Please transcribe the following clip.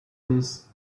this